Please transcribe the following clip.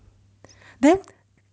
then